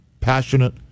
passionate